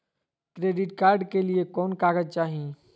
Credit card के लिए कौन कागज चाही?